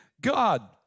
God